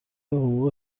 حقوق